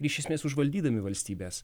iš esmės užvaldydami valstybės